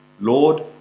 Lord